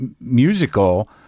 musical